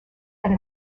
and